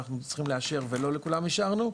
צריכים לאשר ולא לכולם אישרנו.